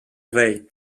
rey